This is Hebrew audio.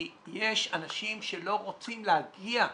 כי יש אנשים שלא רוצים להגיע לרווחה,